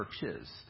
churches